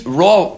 raw